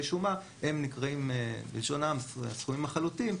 שומה נקראים בלשון העם "הסכומים החלוטים",